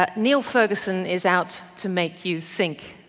ah niall ferguson is out to make you think.